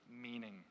meaning